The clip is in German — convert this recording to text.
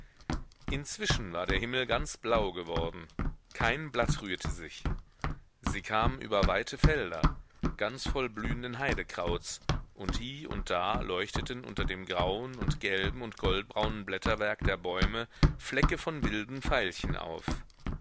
inzwischen war der himmel ganz blau geworden kein blatt rührte sich sie kamen über weite felder ganz voll blühenden heidekrauts und hie und da leuchteten unter dem grauen und gelben und goldbraunen blätterwerk der bäume flecke von wilden veilchen auf